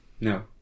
no